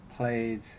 Played